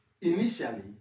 initially